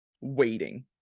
waiting